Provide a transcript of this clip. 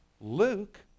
Luke